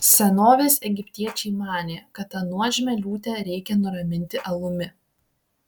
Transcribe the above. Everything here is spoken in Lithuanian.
senovės egiptiečiai manė kad tą nuožmią liūtę reikia nuraminti alumi